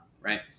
right